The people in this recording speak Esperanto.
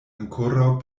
ankoraŭ